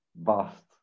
vast